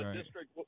district